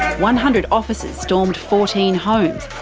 one hundred officers stormed fourteen homes,